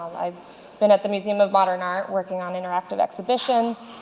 i've been at the museum of modern art working on interactive exhibitions.